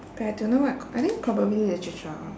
but I don't know what I think probably literature